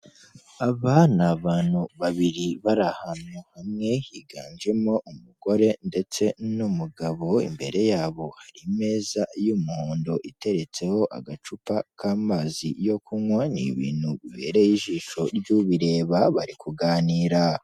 Aba ni abantu babiri bari ahantu hamwe, higanjemo umugore ndetse n'umugabo, imbere yabo hari meza y'umuhondo iteretseho agacupa k'amazi yo kunywa, ni ibintu bibereye ijisho ry'ubireba, bari kuganira.